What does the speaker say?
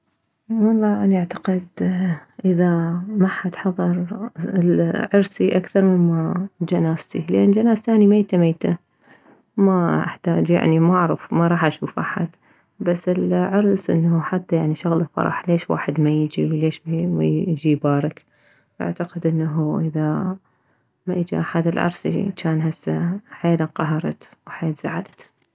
والله اني اعتقد اذا محد حضر العرسي اكثر مما جنازتي لان جنازتي اني ميتة ميتة ما احتاج يعني ما اعرف ما راح اشوف احد بس العرس انه شغلة فرح ليش واحد ما يجي وليش ما يجي يبارك اعتقد انه اذا ما اجى احد لعرسي جان هسه حيل انقهرت وحيل زعلت